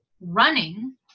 running